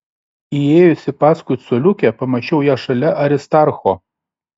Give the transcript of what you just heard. įėjusi paskui coliukę pamačiau ją šalia aristarcho